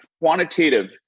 quantitative